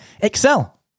excel